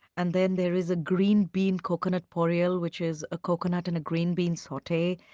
and then there is a green bean coconut puri, ah which is a coconut in a green bean saute.